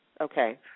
Okay